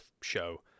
show